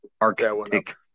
Arctic